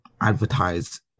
advertise